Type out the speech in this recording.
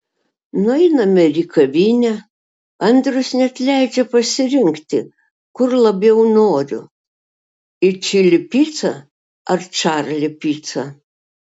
nueiname ir į kavinę andrius net leidžia pasirinkti kur labiau noriu į čili picą ar čarli picą